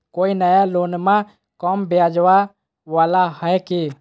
कोइ नया लोनमा कम ब्याजवा वाला हय की?